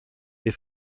wir